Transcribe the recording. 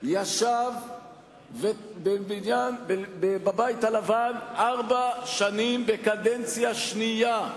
ישב בבית הלבן ארבע שנים בקדנציה שנייה,